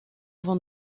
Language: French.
van